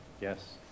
Yes